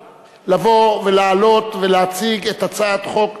לבוא, לעלות ולהציג את הצעת חוק